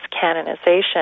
canonization